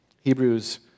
Hebrews